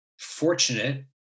fortunate